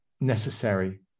necessary